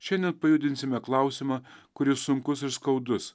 šiandien pajudinsime klausimą kuris sunkus ir skaudus